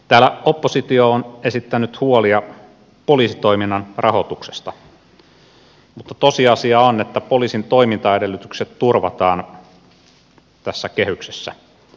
täällä oppositio on esittänyt huolia poliisitoiminnan rahoituksesta mutta tosiasia on että poliisin toimintaedellytykset turvataan tässä kehyksessä